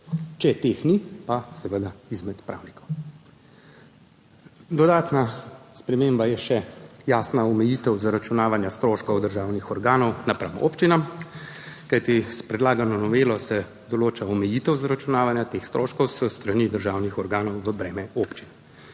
če teh ni, pa seveda izmed pravnikov. Dodatna sprememba je še jasna omejitev zaračunavanja stroškov državnih organov napram občinam, kajti s predlagano novelo se določa omejitev zaračunavanja teh stroškov s strani državnih organov v breme občin.